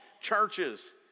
churches